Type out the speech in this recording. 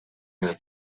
mil